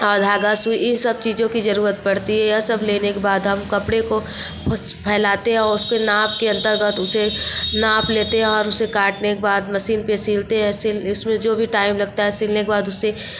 और धागा सुई इन सब चीज़ों की ज़रूरत पड़ती है यह सब लेने के बाद हम कपड़े को फैलाते हैं उसके नाप के अंतर्गत उसे नाप लेते और उसे काटने के बाद मसीन पे सिलते हैं इसमें जो भी टाइम लगता है सिलने के बाद उसे